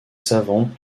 savantes